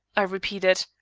i repeated.